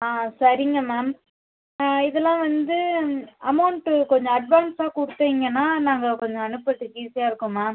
ஆ சரிங்க மேம் இதெலாம் வந்து அமௌண்ட்டு கொஞ்சம் அட்வான்ஸாக கொடுத்தீங்கனா நாங்கள் கொஞ்சம் அனுப்புகிறதுக்கு ஈஸியாக இருக்கும் மேம்